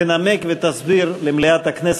תנמק ותסביר למליאת הכנסת,